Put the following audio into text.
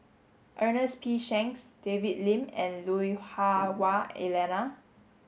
Ernest P Shanks David Lim and Lui Hah Wah Elena